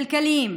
כלכליים,